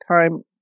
time